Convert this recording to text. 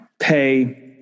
pay